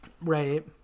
Right